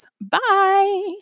Bye